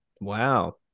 Wow